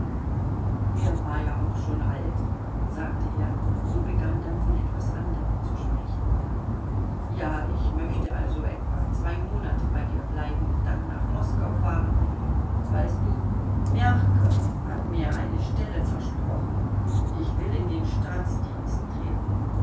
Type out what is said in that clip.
er war ja auch schon alt sagte er und begann dann von etwas anderem zu sprechen ja ich möchte also etwa zwei monate bei dir bleiben und dann nach moskau fahren weißt du mjachkow hat mir eine stelle versprochen ich will in den staatsdienst treten